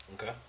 Okay